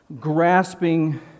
grasping